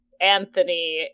Anthony